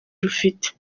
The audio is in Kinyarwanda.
rufite